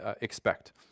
expect